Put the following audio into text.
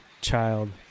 Child